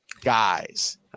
guys